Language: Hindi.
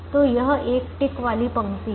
तो यह एक टिक वाली पंक्ति है